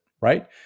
right